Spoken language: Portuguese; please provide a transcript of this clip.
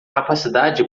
capacidade